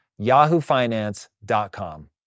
yahoofinance.com